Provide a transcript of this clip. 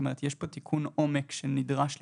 יש פה תיקון עומק שנדרש להתבצע,